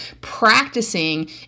practicing